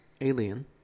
Alien